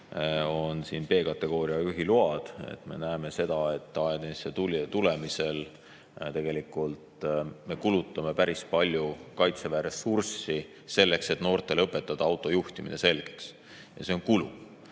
on B-kategooria juhiload. Me näeme seda, et ajateenistusse tulemisel tegelikult me kulutame päris palju Kaitseväe ressurssi selleks, et noortele õpetada autojuhtimine selgeks. Ja see on kulu.